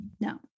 No